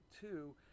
two